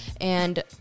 And-